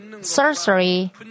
sorcery